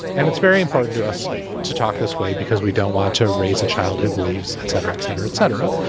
and it's very important to us to talk this way because we don't want to raise a child who believes et cetera et cetera et cetera.